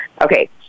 Okay